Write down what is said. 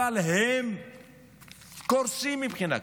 הם קורסים מבחינה כלכלית,